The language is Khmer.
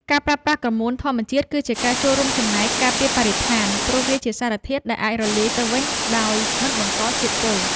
ការប្រើប្រាស់ក្រមួនធម្មជាតិគឺជាការរួមចំណែកការពារបរិស្ថាន ព្រោះវាជាសារធាតុដែលអាចរលាយទៅវិញដោយមិនបង្កជាតិពុល។